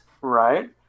Right